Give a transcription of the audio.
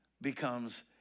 becomes